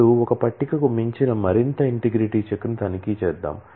ఇప్పుడు ఒక టేబుల్ కు మించిన మరింత ఇంటిగ్రిటీ చెక్ ని తనిఖీ చేద్దాం